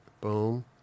Boom